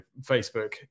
Facebook